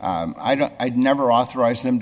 i don't i've never authorized them